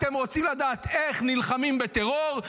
אתם רוצים לדעת איך נלחמים בטרור,